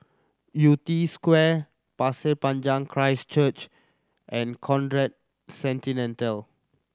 Yew Tee Square Pasir Panjang Christ Church and Conrad